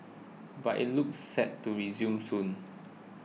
but it looks set to resume soon